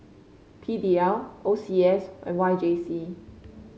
P D L O C S and Y J C